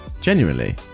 Genuinely